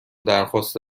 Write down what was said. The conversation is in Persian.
درخواست